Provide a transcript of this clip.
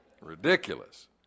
Ridiculous